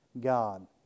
God